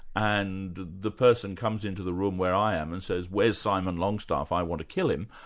and the person comes into the room where i am and says where's simon longstaff, i want to kill him',